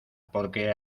porque